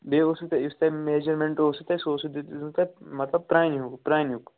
بیٚیہِ اوس نہٕ یُس تۄہہِ میٚجَرمٮ۪منٛٹ اوسُو تۄہہِ سُہ اوس مطلب پرٛانیُک پرٛانیُک